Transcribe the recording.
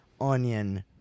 onion